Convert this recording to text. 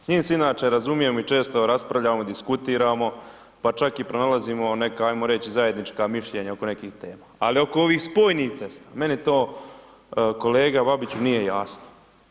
S njim se inače razumijem i često raspravljamo, diskutiramo pa čak i pronalazimo neka ajmo reći zajednička mišljenja oko nekih tema ali oko ovih spojnih cesta, meni to kolega Babiću, nije jasno.